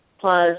plus